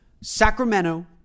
Sacramento